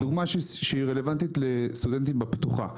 דוגמה שהיא רלוונטית לסטודנטית בפתוחה.